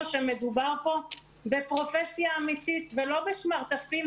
שמדובר פה בפרופסיה אמיתית ולא בשמרטפים,